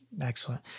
Excellent